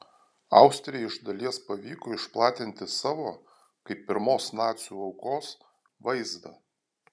austrijai iš dalies pavyko išplatinti savo kaip pirmos nacių aukos vaizdą